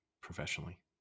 professionally